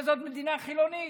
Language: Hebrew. אבל זאת מדינה חילונית,